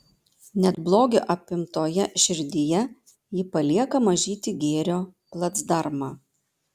net blogio apimtoje širdyje ji palieka mažytį gėrio placdarmą